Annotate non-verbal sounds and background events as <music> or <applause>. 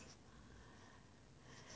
<breath>